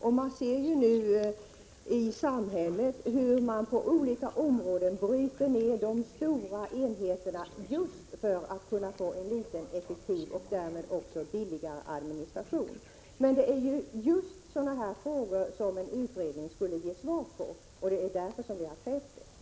Vi kan nu också se i samhället hur man på olika områden bryter ned de stora enheterna just för att få en liten, effektiv och därmed också billigare administration. Det är just sådana frågor som en utredning skulle ge svar på, och det är därför som vi har krävt en sådan.